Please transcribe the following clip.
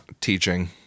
teaching